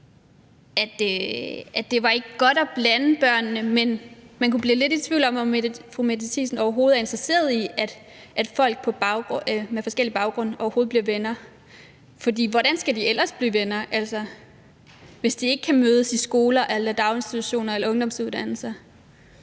at det ikke var godt at blande børnene, men man kunne blive lidt i tvivl om, om fru Mette Thiesen overhovedet er interesseret i, at folk med forskellige baggrunde bliver venner. For hvordan skal de ellers blive venner, altså hvis de ikke kan mødes i skoler eller daginstitutioner eller ungdomsuddannelser?